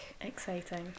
Exciting